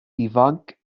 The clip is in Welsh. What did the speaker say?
ifanc